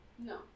No